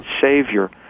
Savior